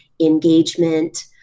engagement